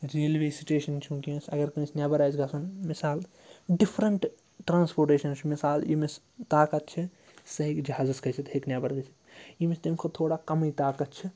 railway station چھِ وٕنۍکٮ۪نَس اگر کٲنٛسہِ نٮ۪بر آسہِ گَژھُن مِثال ڈِفرَنٛٹ ٹرٛانسپوٹیشَن چھُ مِثال ییٚمِس طاقت چھِ سُہ ہیٚکہِ جہازَس کھٔسِتھ ہیٚکہِ نٮ۪بر گٔژھِتھ ییٚمِس تَمہِ کھۄتہٕ تھوڑا کَمٕے طاقت چھِ